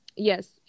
yes